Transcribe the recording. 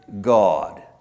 God